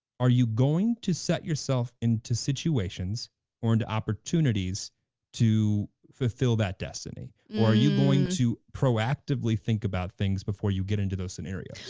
are you going to set yourself into situations or into opportunities to fulfill that destiny? or are you going to proactively think about things before you get into those scenarios?